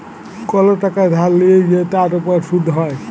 call টাকা ধার লিয়ে যে তার উপর শুধ হ্যয়